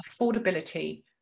affordability